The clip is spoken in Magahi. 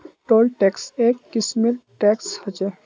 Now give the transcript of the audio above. टोल टैक्स एक किस्मेर टैक्स ह छः